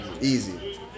Easy